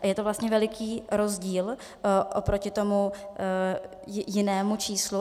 Je to vlastně veliký rozdíl oproti tomu jinému číslu.